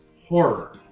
Horror